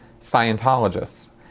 Scientologists